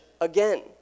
again